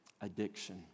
addiction